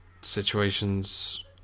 situations